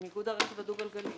עם איגוד הרכב הדו גלגלי.